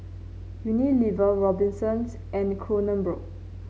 Unilever Robinsons and Kronenbourg